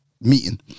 meeting